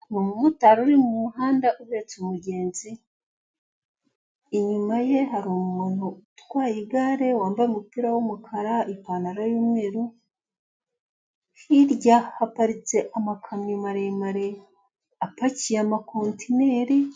Umumotari uri mu muhanda uhetse umugenzi, inyuma ye hari umuntu utwaye igare wambaye umupira w'umukara ipantalo y'umweru, hirya haparitse amakamyo maremare apakiye amakontineri.